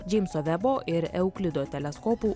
džeimso vebo ir euklido teleskopų